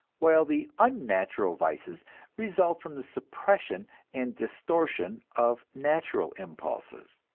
while the unnatural vices result from the suppression and distortion of natural impulses.